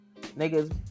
niggas